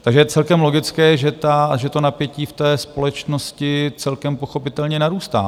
Takže je celkem logické, že to napětí v té společnosti celkem pochopitelně narůstá.